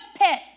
pit